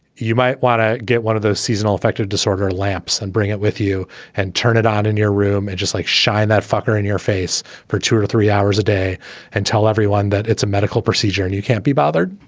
you might want to get one of those seasonal affective disorder lamps and bring it with you and turn it on in your room and just like shine that fucker in your face for two or three hours a day and tell everyone that it's a medical procedure and you can't be bothered.